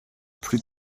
plus